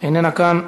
איננה כאן,